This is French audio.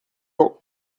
bon